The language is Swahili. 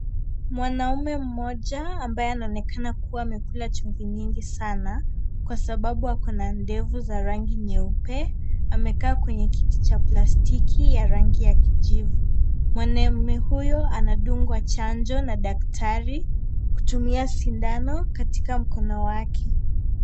Mwanaume mmoja ambaye anaonekana kuwa amekula chumvi nyingi sana, kwa sababu ako na ndevu za rangi nyeupe, amekaa kwenye kiti cha plastiki ya rangi ya kijivu, mwanamme huyu anadungwa chanjo na daktari, kutumia sindano, katika mkono wake.